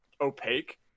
opaque